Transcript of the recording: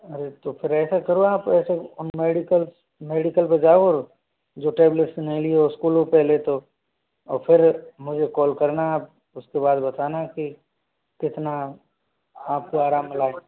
अरे तो फिर ऐसा करो आप ऐसे मेडिकल मेडिकल पर जाओ और जो टेबलेट नहीं ली है उसको लो पहले तो और फिर मुझे कॉल करना आप उसके बाद बताना कि कितना आपको आराम मिला है